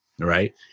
right